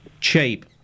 Cheap